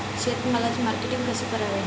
शेतमालाचे मार्केटिंग कसे करावे?